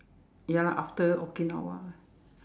ya lah after Okinawa lah